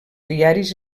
diaris